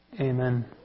amen